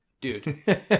Dude